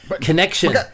Connection